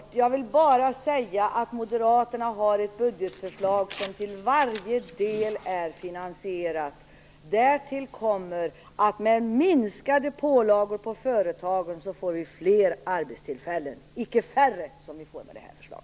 Herr talman! Jag vill bara säga att Moderaterna har ett budgetförslag som till varje del är finansierat. Därtill kommer att vi med minskade pålagor på företagen får fler arbetstillfällen, icke färre, som vi får med detta förslag.